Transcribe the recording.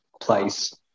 place